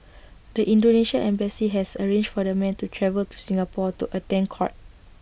the Indonesian embassy has arranged for the men to travel to Singapore to attend court